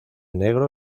negro